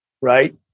Right